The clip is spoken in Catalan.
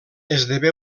esdevé